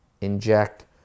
inject